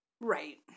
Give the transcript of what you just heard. Right